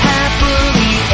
Happily